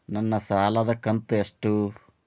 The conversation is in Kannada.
ನನ್ನ ಸಾಲದು ಕಂತ್ಯಷ್ಟು?